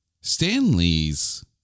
Stanley's